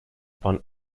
upon